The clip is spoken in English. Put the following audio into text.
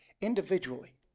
individually